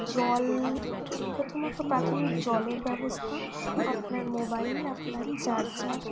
জল প্রথমত প্রাথমিক জলের ব্যবস্থা আপনার মোবাইল আপনার চার্জার